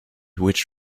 which